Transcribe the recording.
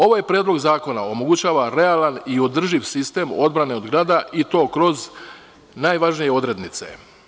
Ovaj predlog zakona omogućava realan i održiv sistem odbrane od grada i to kroz najvažnije odrednice.